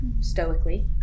stoically